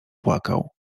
płakał